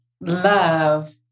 love